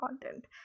content